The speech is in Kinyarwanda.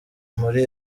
muri